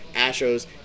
Astros